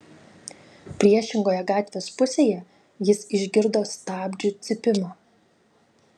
priešingoje gatvės pusėje jis išgirdo stabdžių cypimą